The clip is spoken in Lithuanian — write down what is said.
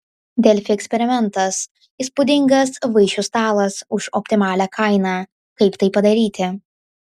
delfi eksperimentas įspūdingas vaišių stalas už optimalią kainą kaip tai padaryti